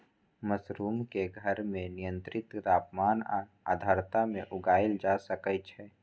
mushroom कें घर मे नियंत्रित तापमान आ आर्द्रता मे उगाएल जा सकै छै